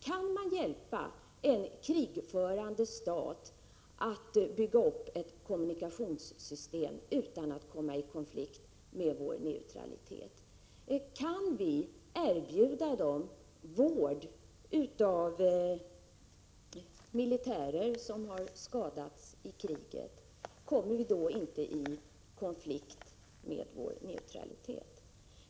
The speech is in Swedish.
Kan man hjälpa en krigförande stat att bygga upp ett kommunikationssystem utan att komma i konflikt med vår neutralitet? Kan vi erbjuda en stat vård utav militärer som har skadats i krig? Kommer vi då inte i konflikt med vår neutralitet?